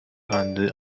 and